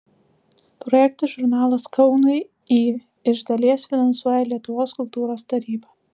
projektą žurnalas kaunui į iš dalies finansuoja lietuvos kultūros taryba